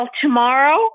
tomorrow